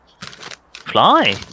Fly